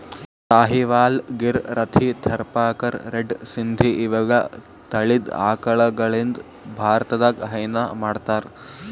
Sahiwal, Gir, Rathi, Tharparkar, red Sindhi ಇವೆಲ್ಲಾ ತಳಿದ್ ಆಕಳಗಳಿಂದ್ ಭಾರತದಾಗ್ ಹೈನಾ ಮಾಡ್ತಾರ್